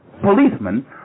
policemen